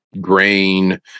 grain